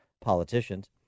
politicians